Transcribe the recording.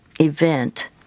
event